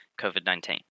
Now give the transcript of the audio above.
COVID-19